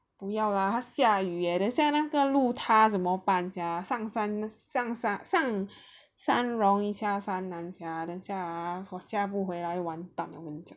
不要 lah 他下雨 leh 等下那个路塔 then 怎么办 sia 上山上山上山容易下山难 sia then 等一下啊我下不回来完蛋 liao 我跟你讲